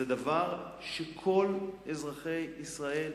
זה דבר שכל אזרחי ישראל,